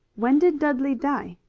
when did dudley die?